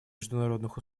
международных